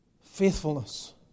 faithfulness